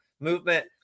movement